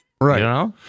Right